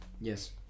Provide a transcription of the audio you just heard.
Yes